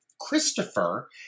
Christopher